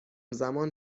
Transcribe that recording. زمان